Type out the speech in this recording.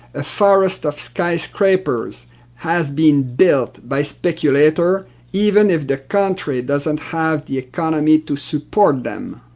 a forest of skyscrapers has been built by speculators even if the country doesn't have the economy to support them.